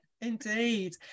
indeed